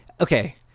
okay